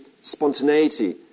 spontaneity